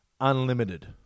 unlimited